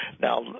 Now